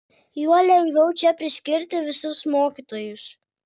juo lengviau čia priskirti visus mokytojus